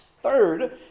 Third